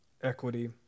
equity